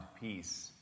peace